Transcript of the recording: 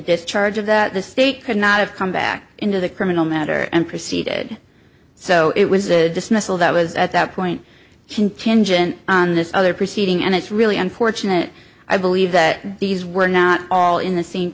discharge of that the state could not have come back into the criminal matter and proceeded so it was a dismissal that was at that point contingent on this other proceeding and it's really unfortunate i believe that these were not all in the same